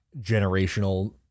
generational